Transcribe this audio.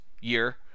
year